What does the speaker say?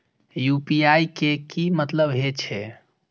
UPI के की मतलब हे छे?